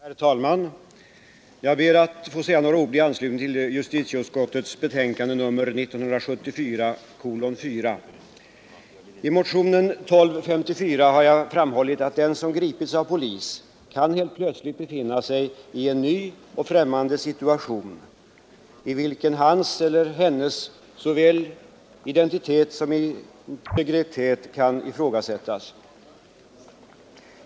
Herr talman! Jag ber att få säga några ord i anslutning till justitieutskottets betänkande nr 4. I motionen 1254 har jag framhållit att 81 den som gripits av polis kan helt plötsligt befinna sig i en ny och främmande situation, i vilken hans eller hennes såväl identitet som integritet kan ifrågasättas.